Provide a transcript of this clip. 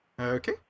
Okay